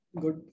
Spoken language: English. Good